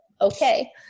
okay